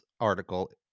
article